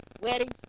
weddings